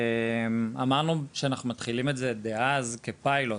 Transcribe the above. אמרנו שאנחנו מתחילים את דאז כפיילוט.